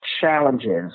challenges